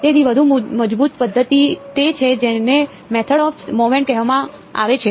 તેથી વધુ મજબૂત પદ્ધતિ તે છે જેને મેથડ ઓફ મોમેન્ટ કહેવામાં આવે છે